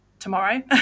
tomorrow